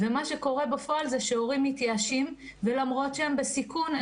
מה שקורה בפועל זה שהורים מתייאשים ולמרות שהם בסיכון,